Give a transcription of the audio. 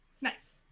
nice